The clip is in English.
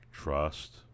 trust